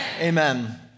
Amen